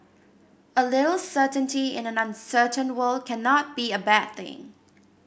a little certainty in an uncertain world cannot be a bad thing